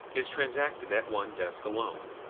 is transacted at one desk alone.